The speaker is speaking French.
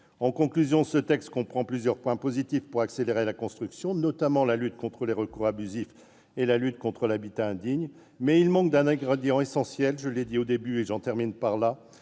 En conclusion, je dirai que ce texte comprend plusieurs points positifs pour accélérer la construction, notamment la lutte contre les recours abusifs et la lutte contre l'habitat indigne, mais il manque un ingrédient essentiel- je l'ai dit au début, et j'en termine par là